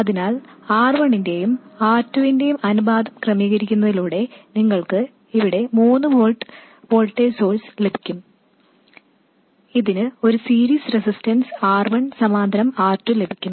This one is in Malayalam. അതിനാൽ R1 ന്റെയും R2ന്റെയും അനുപാതം ക്രമീകരിക്കുന്നതിലൂടെ നിങ്ങൾക്ക് ഇവിടെ 3 വോൾട്ട് വോൾട്ടേജ് ലഭിക്കും ഇതിന് ഒരു സീരീസ് റെസിസ്റ്റൻസ് R1 സമാന്തരം R2 ലഭിക്കും